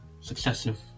successive